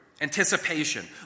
Anticipation